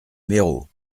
méreau